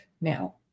now